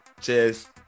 Cheers